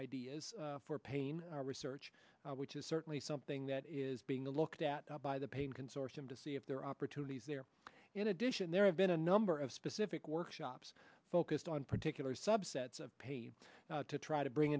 ideas for pain our research which is certainly something that is being looked at by the pain consortium to see if there are opportunities there in addition there have been a number of specific workshops focused on particular subsets of paid to try to bring